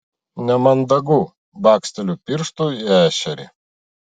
nemandagu baksteliu pirštu į ešerį